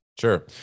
Sure